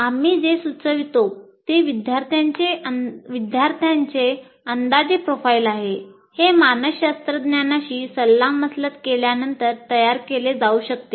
तर आम्ही जे सुचवितो ते विद्यार्थ्यांचे अंदाजे प्रोफाइल आहे हे मानसशास्त्रज्ञांशी सल्लामसलत केल्यानंतर तयार केले जाऊ शकते